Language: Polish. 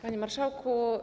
Panie Marszałku!